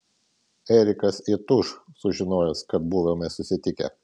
erikas įtūš sužinojęs kad buvome susitikę